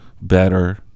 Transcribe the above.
better